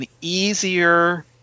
easier